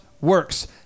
works